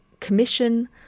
commission